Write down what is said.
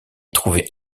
trouvé